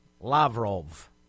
Lavrov